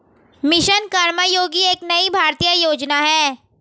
mission Karmayogi एक नई भारतीय योजना है